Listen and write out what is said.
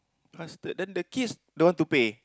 bastard then the kids don't want to pay